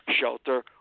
shelter